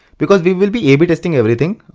because we will be a b testing everything.